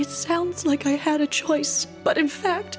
it sounds like i had a choice but in fact